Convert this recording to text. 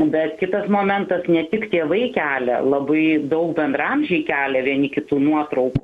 bet kitas momentas ne tik tėvai kelia labai daug bendraamžiai kelia vieni kitų nuotraukų